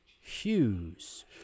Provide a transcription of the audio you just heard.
Hughes